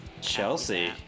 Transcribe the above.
Chelsea